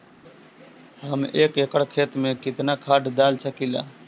हम एक एकड़ खेत में केतना खाद डाल सकिला?